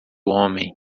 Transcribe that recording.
homem